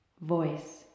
Voice